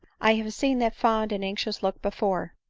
i have seen that fond and anxious look before,